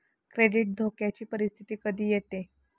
credit धोक्याची परिस्थिती कधी येते